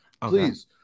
Please